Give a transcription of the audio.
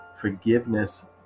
forgiveness